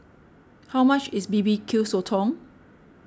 how much is B B Q Sotong